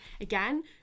again